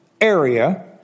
area